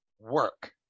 work